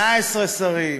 18 שרים,